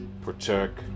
protect